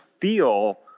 feel